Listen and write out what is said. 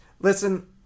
Listen